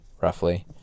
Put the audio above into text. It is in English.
roughly